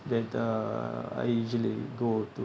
then uh I usually go to